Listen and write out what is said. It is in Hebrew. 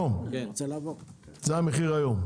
זה המחיר היום?